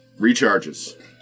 recharges